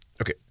Okay